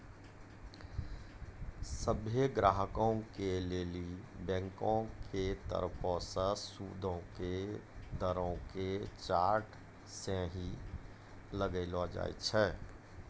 सभ्भे ग्राहको लेली बैंको के तरफो से सूदो के दरो के चार्ट सेहो लगैलो जाय छै